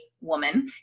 woman